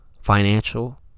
financial